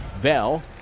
Bell